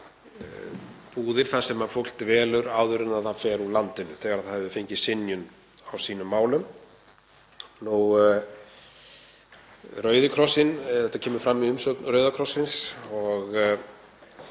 búðir þar sem fólk dvelur áður en það fer úr landinu þegar það hefur fengið synjun í sínum málum. Þetta kemur fram í umsögn Rauða krossins